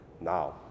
Now